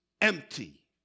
empty